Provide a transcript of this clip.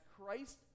Christ